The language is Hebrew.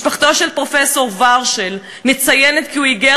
משפחתו של פרופסור ורשל מציינת כי הוא היגר